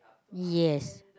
yes